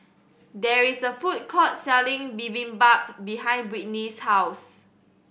there is a food court selling Bibimbap behind Britney's house